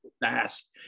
fast